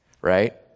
right